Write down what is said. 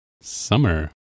summer